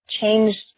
changed